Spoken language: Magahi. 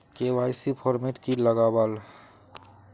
के.वाई.सी फॉर्मेट की लगावल?